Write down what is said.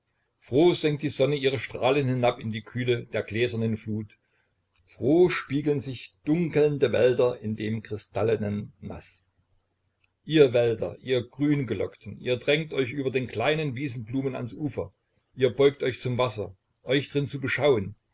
froh senkt die sonne ihre strahlen hinab in die kühle der gläsernen flut froh spiegeln sich dunkelnde wälder in dem kristallenen naß ihr wälder ihr grüngelockten ihr drängt euch über den kleinen wiesenblumen ans ufer ihr beugt euch zum wasser euch drin zu beschauen